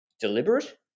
deliberate